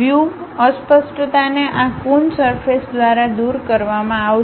view અસ્પષ્ટતાને આ Coons surface દ્વારા દૂર કરવામાં આવશે